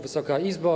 Wysoka Izbo!